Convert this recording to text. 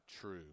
true